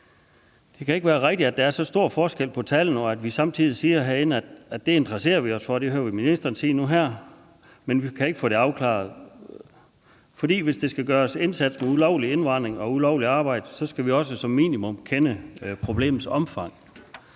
Det kan ikke være rigtigt, at der er så stor forskel på tallene, og at man samtidig herinde siger, at det interesserer man sig for. Det hørte vi ministeren sige nu og her. Men vi kan ikke få det afklaret. Hvis der skal gøres en indsats mod ulovlig indvandring og ulovligt arbejde, skal vi som minimum kende problemets omfang.